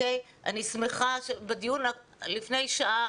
אני שמחה שכפי שעלה בדיון לפני שעה,